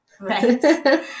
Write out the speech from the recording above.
Right